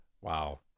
Wow